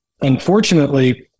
Unfortunately